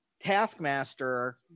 Taskmaster